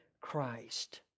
Christ